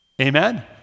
Amen